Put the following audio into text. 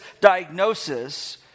diagnosis